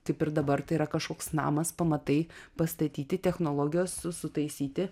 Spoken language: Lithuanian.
taip ir dabar tai yra kažkoks namas pamatai pastatyti technologijos su sutaisyti